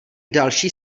další